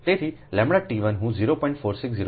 તેથીλ t 1 હું 0